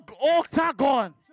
octagon